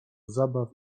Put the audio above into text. zabaw